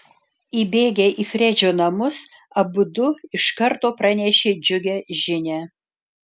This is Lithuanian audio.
įbėgę į fredžio namus abudu iš karto pranešė džiugią žinią